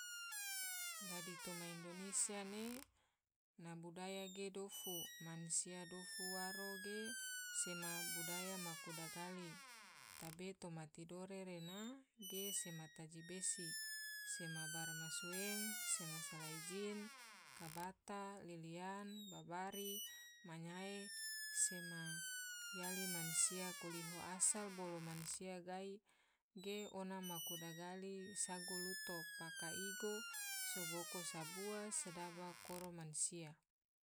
Dadi toma indonesia ne na budaya ge dofu, mansia dofu waro ge sema budaya maku digali, gatebe toma tidore rena ge sema taji besi, sema baramasueng, sema salai jin, sema kabata, liliyan, babari, sema mayae, sema yali mansia koliho asal bolo mansia kai ge ngone maku digali sago luto, paka igo, sogoko sabua, sedaba koro mansia.